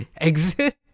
exit